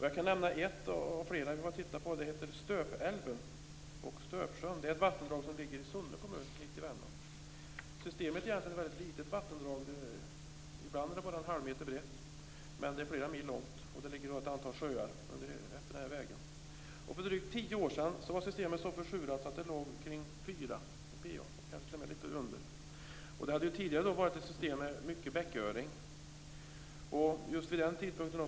Jag kan nämna ett exempel, nämligen Stöpälven och Stöpsjön. Det är ett vattendrag som ligger i Sunne kommun mitt i Värmland. Systemet är ett litet vattendrag, ibland bara en halv meter brett, men det är flera mil långt och med ett antal sjöar efter vägen. För drygt tio år sedan var systemet så försurat att pH värdet låg lite under 4. Det hade tidigare varit ett system med mycket bäcköring.